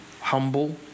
humble